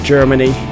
Germany